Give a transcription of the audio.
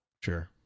Sure